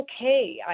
okay